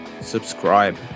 subscribe